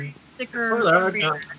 Sticker